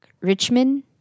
Richmond